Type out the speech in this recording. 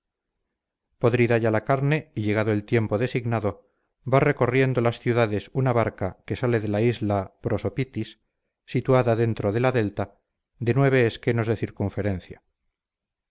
podrida ya la carne y llegado el tiempo designado va recorriendo las ciudades una barca que sale de la isla prosopitis situada dentro de la delta de nueve eschenos de circunferencia